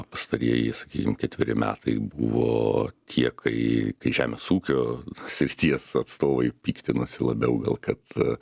pastarieji sakykim ketveri metai buvo tie kai kai žemės ūkio srities atstovai piktinosi labiau gal kad